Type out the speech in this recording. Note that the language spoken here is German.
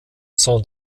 saint